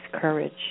courage